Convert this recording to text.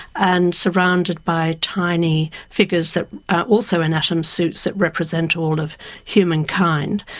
and surrounded by tiny figures that are also in atom suits that represent all of humankind.